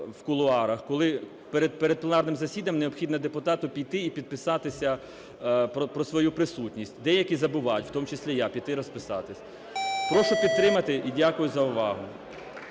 коли перед пленарним засіданням необхідно депутату піти і підписатися про свою присутність, деякі забувають, в тому числі і я, піти розписатись. Прошу підтримати. Дякую за увагу.